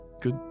good